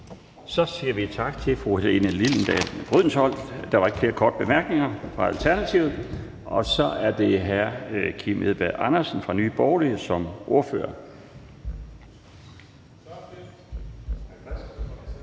Så siger vi tak til fru Helene Liliendahl Brydensholt. Der er ikke flere korte bemærkninger til Alternativet. Så er det hr. Kim Edberg Andersen fra Nye Borgerlige som ordfører.